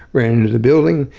ran into the building,